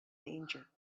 danger